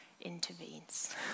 intervenes